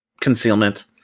concealment